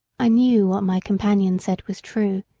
i knew what my companion said was true,